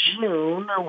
June